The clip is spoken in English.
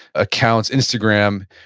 accounts, instagram,